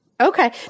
Okay